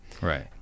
Right